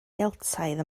geltaidd